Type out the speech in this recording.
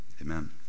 amen